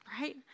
right